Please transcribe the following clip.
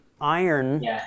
iron